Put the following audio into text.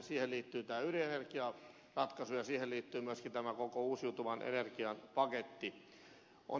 siihen liittyy tämä ydinenergiaratkaisu ja siihen liittyy myöskin tämä koko uusiutuvan energian paketti